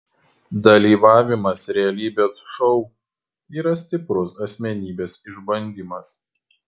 dalyvavimas realybės šou yra stiprus asmenybės išbandymas